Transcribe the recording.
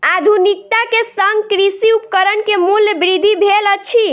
आधुनिकता के संग कृषि उपकरण के मूल्य वृद्धि भेल अछि